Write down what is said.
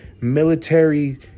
military